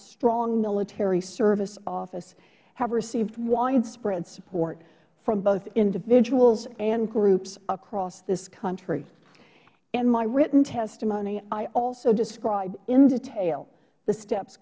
strong military service office have received widespread support from both individuals and groups across this country in my written testimony i also describe in detail the steps